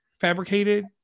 fabricated